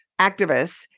activists